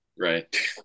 Right